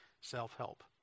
self-help